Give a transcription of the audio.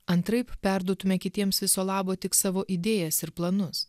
antraip perduotume kitiems viso labo tik savo idėjas ir planus